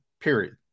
period